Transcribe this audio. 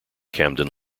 camden